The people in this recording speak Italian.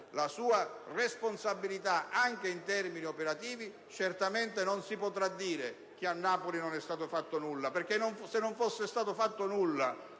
la sua responsabilità anche in termini operativi, certamente non si potrà dire che a Napoli non è stato fatto nulla, perché se non fosse stato fatto nulla